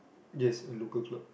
just a local club